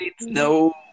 no